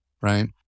right